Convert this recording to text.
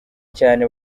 cyane